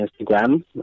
Instagram